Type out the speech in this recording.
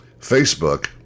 Facebook